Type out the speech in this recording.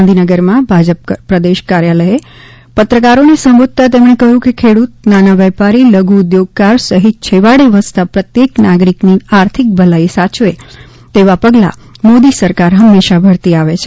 ગાંધીનગરમાં ભાજપના પ્રદેશ કાર્યાલયે પત્રકારોને સંબોધતા તેમણે કહ્યું હતું કે ખેડૂત નાના વેપારી લધુ ઉદ્યોગકાર સહિત છેવાડે વસતા પ્રત્યેક નાગરિકની આર્થિક ભલાઇ સાયવે તેવા પગલા મોદી સરકાર હંમેશા ભરતી આવી છે